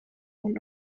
und